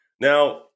now